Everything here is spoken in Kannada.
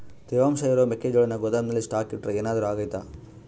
ತೇವಾಂಶ ಇರೋ ಮೆಕ್ಕೆಜೋಳನ ಗೋದಾಮಿನಲ್ಲಿ ಸ್ಟಾಕ್ ಇಟ್ರೆ ಏನಾದರೂ ಅಗ್ತೈತ?